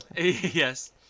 yes